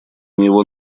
него